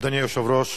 אדוני היושב-ראש,